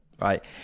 right